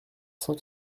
cent